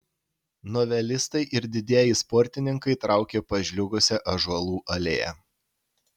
novelistai ir didieji sportininkai traukė pažliugusia ąžuolų alėja